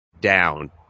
down